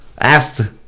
asked